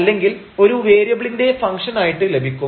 അല്ലെങ്കിൽ ഒരു വേരിയബിളിന്റെ ഫംഗ്ഷൻ ആയിട്ട് ലഭിക്കും